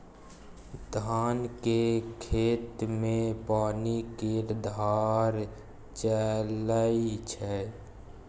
धान केर खेत मे पानि केर धार चलइ छै